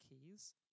keys